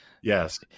Yes